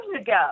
ago